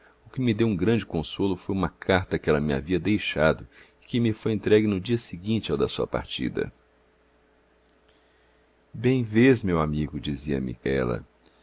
o que me deu um grande consolo foi uma carta que ela me havia deixado e que me foi entregue no dia seguinte ao da sua partida bem vês meu amigo dizia-me ela